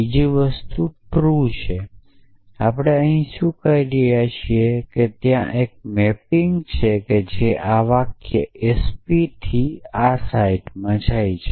બીજી વસ્તુ ટ્રૂ છે આપણે અહીં શું કહી રહ્યા છીએ તે છે કે ત્યાં એક મેપિંગ છે જે આ વાક્ય એસપી થી આ સાઇટમાં જાય છે